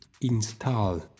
install